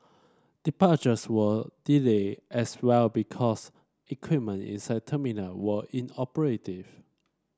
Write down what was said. departures were delayed as well because equipment inside terminal were inoperative